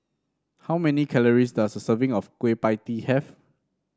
how many calories does a serving of Kueh Pie Tee have